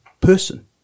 person